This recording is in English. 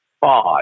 five